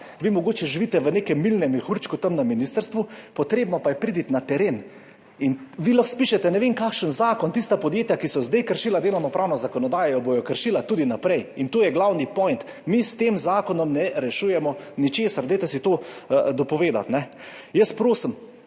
Vi mogoče živite v nekem milnem mehurčku tam na ministrstvu, treba pa je priti na teren. Vi lahko spišete ne vem kakšen zakon, tista podjetja, ki so zdaj kršila delovnopravno zakonodajo, jo bodo kršila tudi naprej, in to je glavni point. Mi s tem zakonom ne rešujemo ničesar, dajte si to dopovedati. Jaz prosim